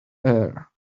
air